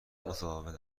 متفاوت